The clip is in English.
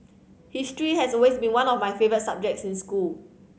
history has always been one of my favourite subjects in school